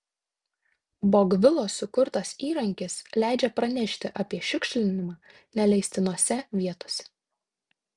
bogvilos sukurtas įrankis leidžia pranešti apie šiukšlinimą neleistinose vietose